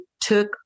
took